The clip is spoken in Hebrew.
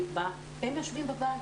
הם יושבים בבית,